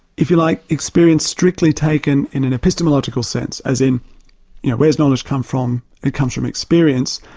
if you like, experience strictly taken in an epistemological sense as in you know where's knowledge come from? it comes from experience.